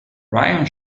ryan